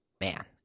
man